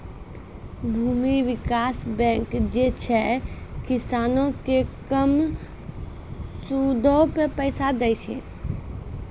भूमि विकास बैंक जे छै, किसानो के कम सूदो पे पैसा दै छे